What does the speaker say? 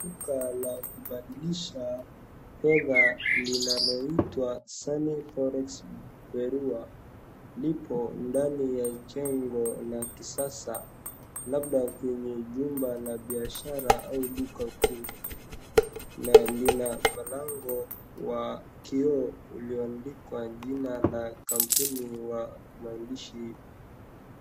Duka la kubadilisha fedha linaloitwa Sunny Forex Bureau lipo ndani ya jengo la kisasa labda kwenye jumba la biashara au duka kuu na lina malango wa kioo liyoandikwa jina la kampuni wa maandishi.